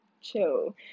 chill